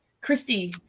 Christy